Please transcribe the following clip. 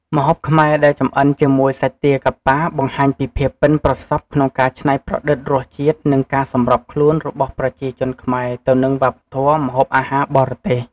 ម្ហូបខ្មែរដែលចម្អិនជាមួយសាច់ទាកាប៉ា បង្ហាញពីភាពប៉ិនប្រសប់ក្នុងការច្នៃប្រឌិតរសជាតិ និងការសម្របខ្លួនរបស់ប្រជាជនខ្មែរទៅនឹងវប្បធម៌ម្ហូបអាហារបរទេស។